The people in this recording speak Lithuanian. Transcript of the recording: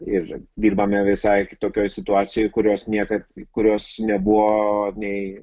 ir dirbame visai kitokioj situacijoj kurios niekad kurios nebuvo nei